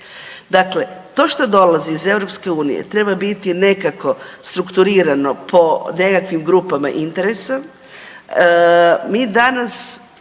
Dakle, to što dolazi iz EU treba biti nekako strukturirano po nekakvim grupama interesa.